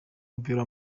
w’umupira